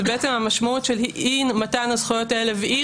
זה בעצם המשמעות של אי מתן הזכויות האלה ואי